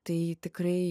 tai tikrai